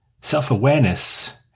Self-awareness